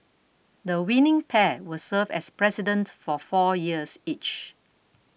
the winning pair will serve as President for four years each